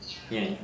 hmm